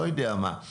לא יודע מה.